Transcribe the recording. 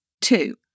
Two